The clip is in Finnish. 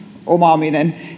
omaaminen